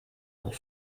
pour